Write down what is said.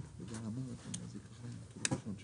מדובר בחופש התנועה של הציבור.